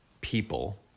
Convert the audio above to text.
people